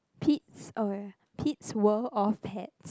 Pete's oh Pete's world of pets